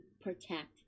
protect